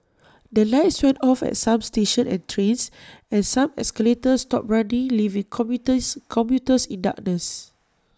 the lights went off at some stations and trains and some escalators stopped running leaving commuters commuters in darkness